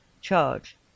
charge